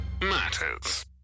matters